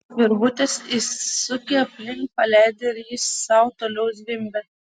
ant virvutės įsuki aplink paleidi ir jis sau toliau zvimbia